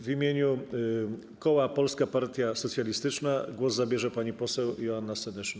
W imieniu koła Polska Partia Socjalistyczna głos zabierze pani poseł Joanna Senyszyn.